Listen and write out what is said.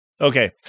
Okay